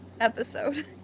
episode